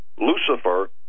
Lucifer